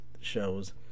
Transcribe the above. shows